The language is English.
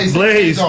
Blaze